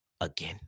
again